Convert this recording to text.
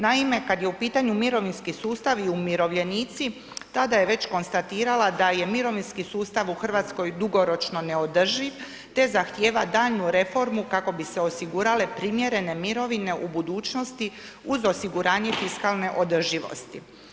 Naime, kad je u pitanju mirovinski sustav i umirovljenici, tada je već konstatirala da je mirovinski sustav u Hrvatskoj dugoročno neodrživ te zahtjeva daljnju reformu kako bi se osigurale primjerene mirovine u budućnosti uz osiguranje fiskalne održivosti.